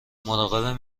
مراقب